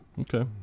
Okay